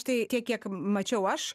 štai tiek kiek mačiau aš